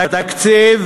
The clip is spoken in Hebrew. בתקציב,